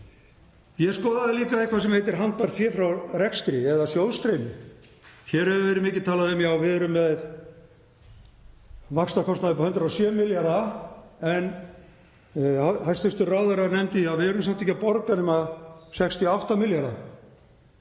Ég skoðaði líka eitthvað sem heitir handbært fé frá rekstri eða sjóðstreymi. Hér hefur verið mikið talað um að við séum með vaxtakostnað upp á 107 milljarða en hæstv. ráðherra nefndi að við erum samt ekki að borga nema 68 milljarða.